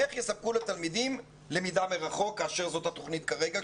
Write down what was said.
איך יספקו לתלמידים למידה מרחוק כאשר זאת התוכנית כרגע,